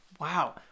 wow